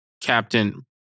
Captain